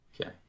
Okay